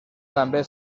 també